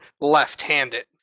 left-handed